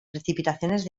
precipitaciones